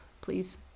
please